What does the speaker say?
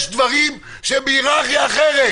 יש דברים שהם בהיררכיה אחרת